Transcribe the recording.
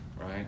Right